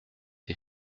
été